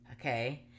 Okay